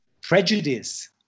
prejudice